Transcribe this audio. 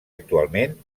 actualment